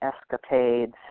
escapades